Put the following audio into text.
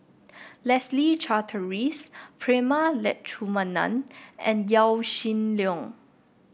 Leslie Charteris Prema Letchumanan and Yaw Shin Leong